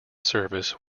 surface